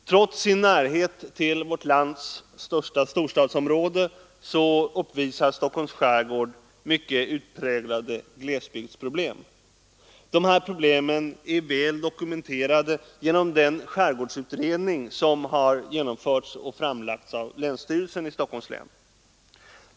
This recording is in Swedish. Trots sin närhet till vårt lands största storstadsområde uppvisar Stockholms skärgård mycket utpräglade glesbygdsproblem. Dessa problem är väl bekanta genom den skärgårdsutredning som har gjorts och framlagts av länsstyrelsen i Stockholms län.